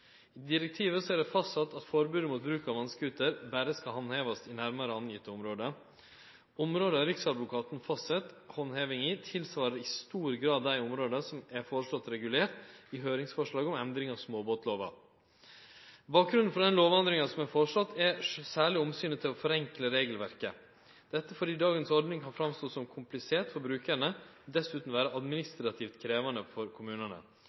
I direktivet er det fastsett at forbodet mot bruk av vasscooter berre skal handhevast i nærmare bestemte område. Områda Riksadvokaten fastset handheving i, svarar i stor grad til dei områda som er foreslått regulerte i høyringsforslaget om endring av småbåtlova. Bakgrunnen for den lovendringa som er foreslått, er særleg omsynet til å forenkle regelverket – dette fordi dagens ordning kan framstå som komplisert for brukarane, og dessutan vere administrativt krevjande for kommunane.